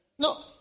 No